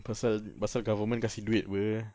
pasal pasal government kasi duit boleh ah